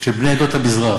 של בני עדות המזרח,